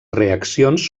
reaccions